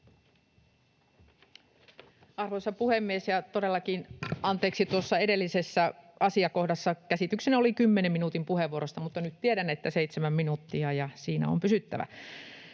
Arvoisa puhemies! Todellakin, anteeksi — tuossa edellisessä asiakohdassa käsitykseni oli 10 minuutin puheenvuorosta, mutta nyt tiedän, että se on seitsemän minuuttia ja siinä on pysyttävä.